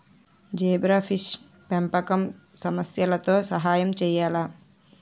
Zebrafish పెంపకం సమస్యలతో సహాయం చేయాలా?